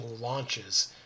launches